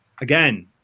again